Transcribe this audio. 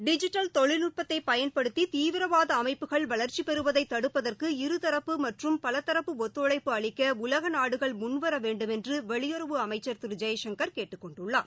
digital தொழில்நுட்பத்தை பயன்படுத்தி தீவிரவாத அமைப்புகள் வளர்ச்சி பெறுவதை தடுப்பதற்கு இருதரப்பு மற்றும் பலதரப்பு ஒத்துழைப்பு அளிக்க உலக நாடுகள் முன்வர வேண்டும் என்று வெளியுறவுத் துறை அமைச்சர் திரு ஜெய்சங்கர் கேட்டுக்கொண்டுள்ளார்